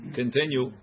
continue